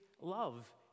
love